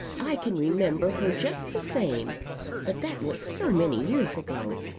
i can remember her just the same but that was so many years ago.